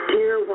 Dear